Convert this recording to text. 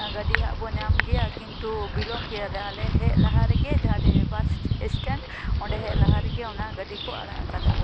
ᱜᱟᱹᱰᱤ ᱦᱟᱜ ᱵᱚᱱ ᱧᱟᱢ ᱜᱮᱭᱟ ᱠᱤᱱᱛᱩ ᱵᱤᱞᱚᱢ ᱠᱮᱫᱟᱞᱮ ᱟᱞᱮ ᱦᱮᱡ ᱞᱟᱦᱟ ᱨᱮᱜᱮ ᱡᱟᱦᱟᱸ ᱨᱮ ᱵᱟᱥ ᱮᱥᱴᱮᱱᱴ ᱚᱸᱰᱮ ᱦᱮᱡ ᱞᱟᱦᱟ ᱨᱮᱜᱮ ᱚᱱᱟ ᱜᱟᱹᱰᱤ ᱠᱚ ᱟᱲᱟᱜ ᱟᱠᱟᱫᱟ